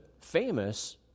famous